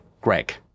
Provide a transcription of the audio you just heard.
greg